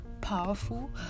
powerful